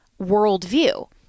worldview